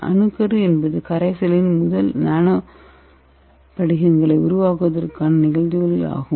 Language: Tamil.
அணுக்கரு என்பது கரைசலில் முதல் நானோ படிகங்களை உருவாக்குவதற்கான நிகழ்வுகள் ஆகும்